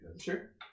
Sure